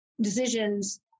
decisions